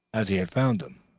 as he had found them.